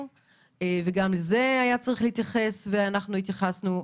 גם לזה היה צריך להתייחס, ואנחנו התייחסנו.